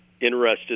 interested